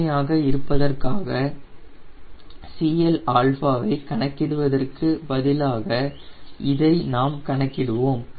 எளிமையாக இருப்பதற்காக CL ஐ கணக்கிடுவதற்கு பதிலாக இதை நாம் கணக்கிடுவோம்